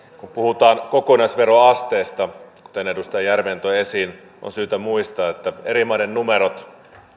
kun puhutaan kokonaisveroasteesta kuten edustaja järvinen toi esiin on syytä muistaa että eri maiden numerot